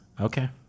Okay